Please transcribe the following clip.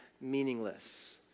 meaningless